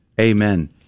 Amen